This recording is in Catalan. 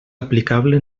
aplicable